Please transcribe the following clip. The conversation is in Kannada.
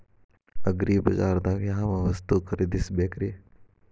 ಅಗ್ರಿಬಜಾರ್ದಾಗ್ ಯಾವ ವಸ್ತು ಖರೇದಿಸಬೇಕ್ರಿ?